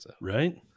Right